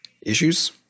issues